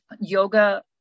yoga